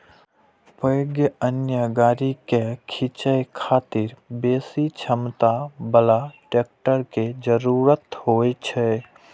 पैघ अन्न गाड़ी कें खींचै खातिर बेसी क्षमता बला ट्रैक्टर के जरूरत होइ छै